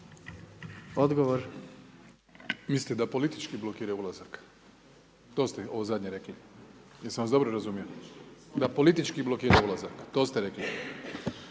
(HDZ)** Mislite da politički blokiraju ulazak, to ste ovo zadnje rekli, jesam vas dobro razumio, da politički blokiraju ulazak, to ste rekli.